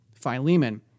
Philemon